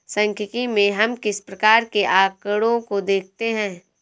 सांख्यिकी में हम किस प्रकार के आकड़ों को देखते हैं?